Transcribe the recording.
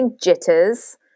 jitters